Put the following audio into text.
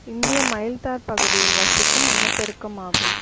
இந்திய மயில் தார் பகுதியில் வசிக்கும் இனப்பெருக்கம் ஆகும்